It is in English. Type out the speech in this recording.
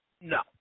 No